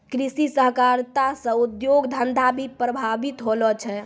कृषि सहकारिता से उद्योग धंधा भी प्रभावित होलो छै